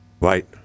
Right